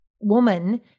woman